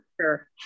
Sure